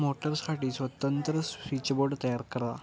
मोटरसाठी स्वतंत्र स्विचबोर्ड तयार करा